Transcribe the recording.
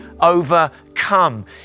overcome